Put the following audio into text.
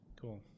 Cool